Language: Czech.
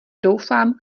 doufám